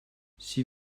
sie